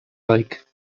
like